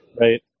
right